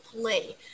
play